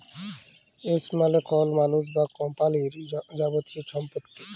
asset মালে কল মালুস বা কম্পালির যাবতীয় ছম্পত্তি